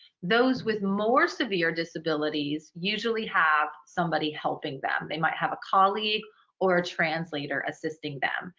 those with more severe disabilities usually have somebody helping them. they might have a colleague or a translator assisting them.